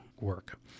work